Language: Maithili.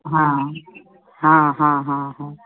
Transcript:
हँ हँ हँ हँ